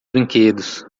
brinquedos